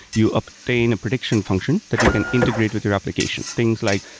you obtain a prediction function that you can integrate with your applications. things like,